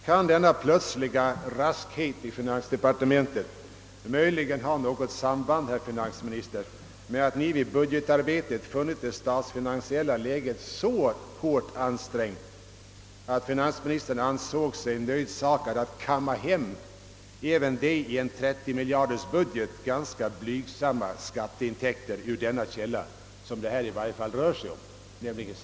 Kan denna plötsliga raskhet i finansdepartementet möjligen ha något samband, herr finansminister, med att Ni vid budgetarbetet funnit det statsfinansiella läget så ansträngt att Ni såg Er nödsakad att kamma hem även de i en 30-miljardersbudget dock ganska blygsamma skatteintäkter på 6 miljoner som det rör sig om?